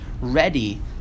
ready